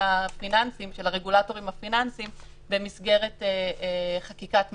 הרגולטורים הפיננסיים במסגרת חקיקת משנה.